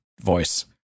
voice